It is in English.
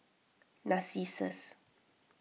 Narcissus